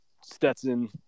Stetson